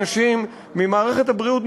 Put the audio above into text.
אנשים ממערכת הבריאות,